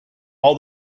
all